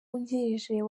wungirije